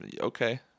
Okay